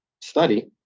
study